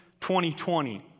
2020